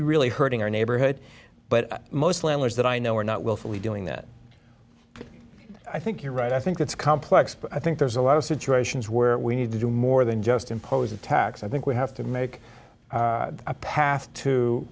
really hurting our neighborhood but most landlords that i know are not willfully doing that i think you're right i think it's complex but i think there's a lot of situations where we need to do more than just impose a tax i think we have to make a path to